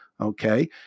Okay